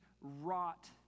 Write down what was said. rot